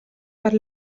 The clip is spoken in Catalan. per